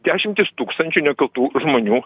dešimtys tūkstančių nekaltų žmonių